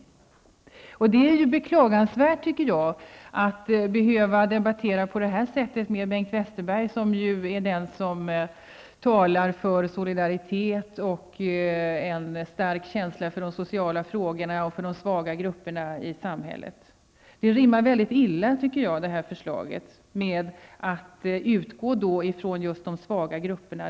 Jag tycker att det är beklagansvärt att behöva debattera på det här sättet med Bengt Westerberg, som ju är den som talar för solidaritet med en stark känsla för de sociala frågorna och de svaga grupperna i samhället. Det här förslaget rimmar illa med inriktningen på att utgå från de svaga grupperna.